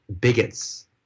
bigots